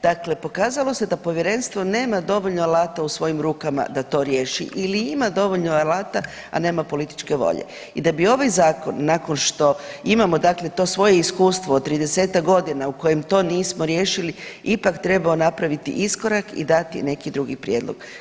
Dakle pokazalo se da Povjerenstvo nema dovoljno alata u svojim rukama da to riješi ili ima dovoljno alata, a nema političke volje i da bi ovaj Zakon nakon što imamo dakle to svoje iskustvo od 30-tak godina u kojem to nismo riješili, ipak trebao napraviti iskorak i dati neki drugi prijedlog.